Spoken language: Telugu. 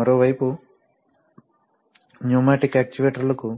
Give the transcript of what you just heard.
మరోవైపు న్యూమాటిక్ యాక్చుయేటర్లకు